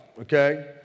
okay